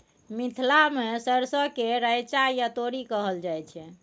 मिथिला मे सरिसो केँ रैचा या तोरी कहल जाइ छै